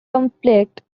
conflict